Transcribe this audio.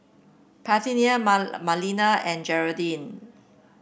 Parthenia Marlena and Jeraldine